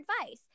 advice